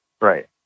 Right